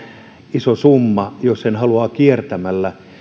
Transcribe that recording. iso summa jos sen haluaa kiertämällä